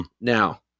Now